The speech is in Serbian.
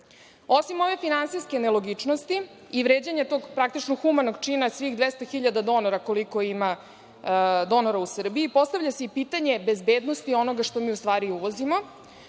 Osim ove finansijskenelogičnosti i vređanjeg tog praktično humanog čina svih 200.000 donora koliko ima donora u Srbiji, postavlja se i pitanje bezbednosti onoga što mi u stvari uvozimo,